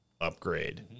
upgrade